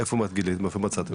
איפה מצאתם?